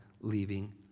leaving